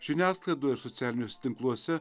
žiniasklaidoje ir socialiniuose tinkluose